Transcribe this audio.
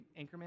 Anchorman